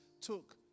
took